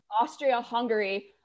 Austria-Hungary